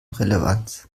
relevanz